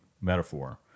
metaphor